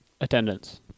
attendance